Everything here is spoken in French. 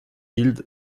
île